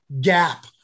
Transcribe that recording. gap